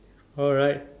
alright